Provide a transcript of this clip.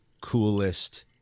coolest